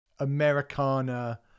americana